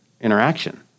interaction